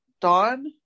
Dawn